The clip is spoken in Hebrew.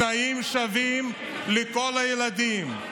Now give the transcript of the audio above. תנאים שווים לכל הילדים.